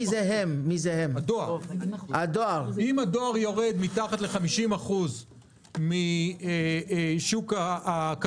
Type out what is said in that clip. שאם הדואר יורד מתחת ל-50% משוק החלוקה